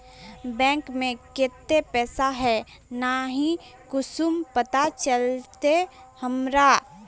Bank में केते पैसा है ना है कुंसम पता चलते हमरा?